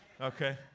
okay